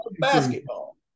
basketball